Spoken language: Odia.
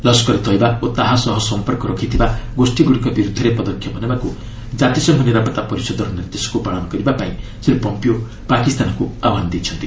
ଲସ୍କରେ ତୟବା ଓ ତାହା ସହ ସମ୍ପର୍କ ରଖିଥିବା ଗୋଷ୍ଠୀଗୁଡ଼ିକ ବିରୁଦ୍ଧରେ ପଦକ୍ଷେପ ନେବାକୁ ଜାତିସଂଘ ନିରାପତ୍ତା ପରିଷଦର ନିର୍ଦ୍ଦେଶକୁ ପାଳନ କରିବାକୁ ଶ୍ରୀ ପମ୍ପିଓ ପାକିସ୍ତାନକୁ ଆହ୍ୱାନ ଦେଇଛନ୍ତି